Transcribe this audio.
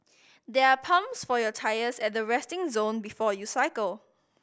there are pumps for your tyres at the resting zone before you cycle